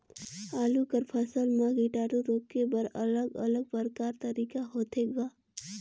आलू कर फसल म कीटाणु रोके बर अलग अलग प्रकार तरीका होथे ग?